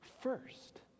first